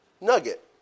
nugget